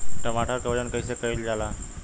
टमाटर क वजन कईसे कईल जाला?